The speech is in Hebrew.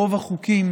ברוב החוקים